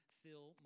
fill